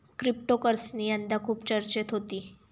cryptocurrency यंदा खूप चर्चेत होती